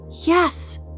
yes